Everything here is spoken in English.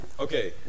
Okay